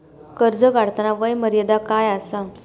कर्ज काढताना वय मर्यादा काय आसा?